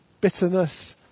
bitterness